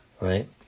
right